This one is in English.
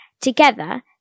Together